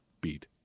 beat